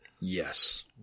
Yes